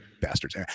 Bastards